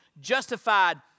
justified